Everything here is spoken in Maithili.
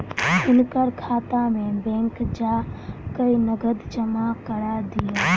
हुनकर खाता में बैंक जा कय नकद जमा करा दिअ